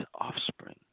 offspring